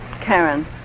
Karen